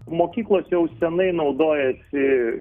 mokyklos jau senai naudojasi